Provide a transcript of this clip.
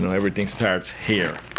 and everything starts here,